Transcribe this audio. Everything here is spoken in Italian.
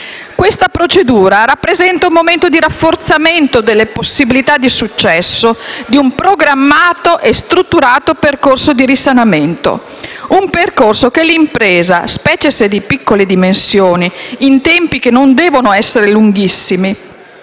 Questa procedura rappresenta un momento di rafforzamento delle possibilità di successo di un programmato e strutturato percorso di risanamento; un percorso che l'impresa, specie se di piccole dimensioni, in tempi che non devono essere lunghissimi,